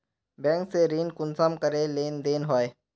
Bank से ऋण कुंसम करे लेन देन होए?